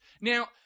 Now